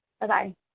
Bye-bye